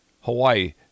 Hawaii